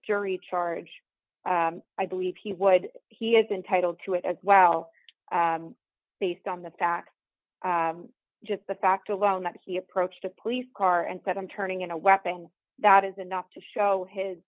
jury charge i believe he would he is entitled to it as well based on the fact just the fact alone that he approached a police car and said i'm turning in a weapon that is enough to show his